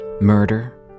murder